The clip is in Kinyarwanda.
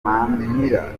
mpamira